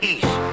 East